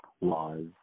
laws